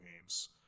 games